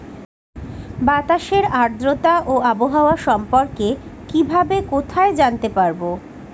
বাতাসের আর্দ্রতা ও আবহাওয়া সম্পর্কে কিভাবে কোথায় জানতে পারবো?